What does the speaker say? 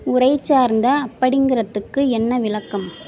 உரைச்சார்ந்த அப்படிங்கிறதுக்கு என்ன விளக்கம்